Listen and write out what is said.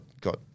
got